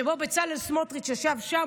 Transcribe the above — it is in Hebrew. שבו בצלאל סמוטריץ' ישב שם,